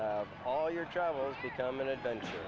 all your travels become an adventure